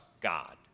God